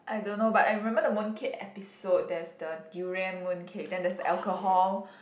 I don't know but I remember the mooncake episode there is the durian mooncake then there is alcohol